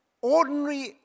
ordinary